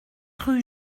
rue